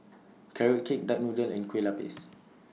Carrot Cake Duck Noodle and Kue Lupis